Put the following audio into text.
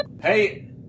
Hey